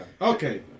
Okay